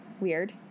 weird